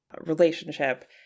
relationship